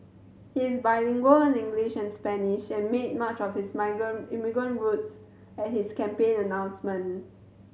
he is bilingual in English and Spanish and made much of his immigrant roots at his campaign announcement